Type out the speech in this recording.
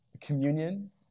Communion